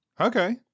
Okay